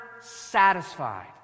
satisfied